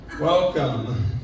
Welcome